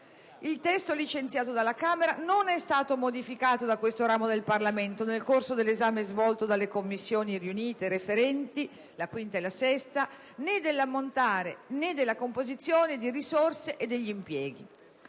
Il testo licenziato dalla Camera non è stato modificato da questo ramo del Parlamento nel corso dell'esame svolto dalle Commissioni 5a e 6a riunite in sede referente, né nell'ammontare, né nella composizione di risorse ed impieghi.